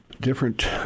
Different